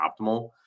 optimal